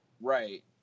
Right